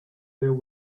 there